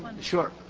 Sure